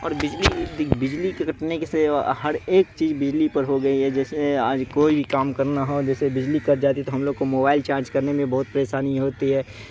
اور بجلی بجلی کے کٹنے کے سے ہر ایک چیز بجلی پر ہو گئی ہے جیسے آج کوئی بھی کام کرنا ہو جیسے بجلی کٹ جاتی ہے تو ہم لوگ کو موبائل چارج کرنے میں بہت پریشانی ہوتی ہے